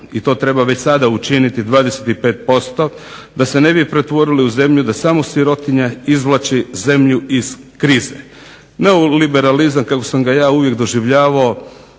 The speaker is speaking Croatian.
i to treba već sada učiniti 25%, da se ne bi pretvorili u zemlju da samo sirotinja izvlači zemlju iz krize. Neoliberalizam kako sam ga ja uvijek doživljavao,